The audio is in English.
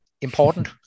important